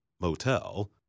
motel